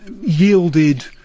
yielded